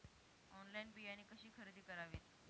Online बियाणे कशी खरेदी करावीत?